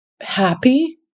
happy